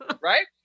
Right